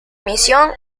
misión